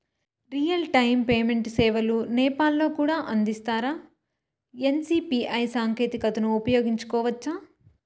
Real time payment సేవలు నేపాల్ లో కూడా అందిస్తారా? ఎన్.సి.పి.ఐ సాంకేతికతను ఉపయోగించుకోవచ్చా కోవచ్చా?